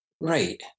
right